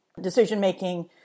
decision-making